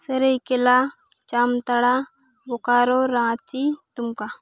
Seraikela Jamtara Bokaro Ranchi Dumka